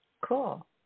Cool